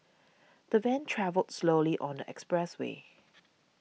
the van travelled slowly on the expressway